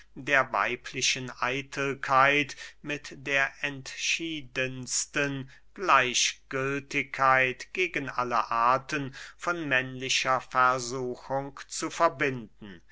der weiblichen eitelkeit mit der entschiedensten gleichgültigkeit gegen alle arten von männlicher versuchung zu verbinden